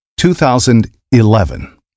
2011